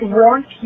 want